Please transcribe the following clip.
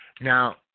Now